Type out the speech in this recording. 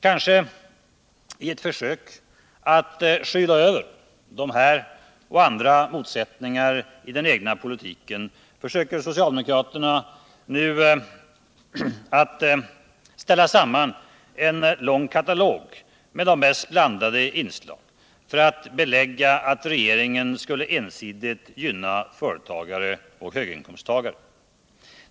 Kanske i ett försök att skyla över dessa och andra motsättningar i den egna politiken försöker socialdemokraterna nu ställa samman en lång katalog med de mest blandade inslag för att belägga att regeringen skulle ensidigt gynna företagare och höginkomsttagare.